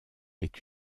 est